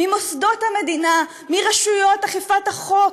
ממוסדות המדינה, מרשויות אכיפת החוק,